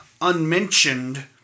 unmentioned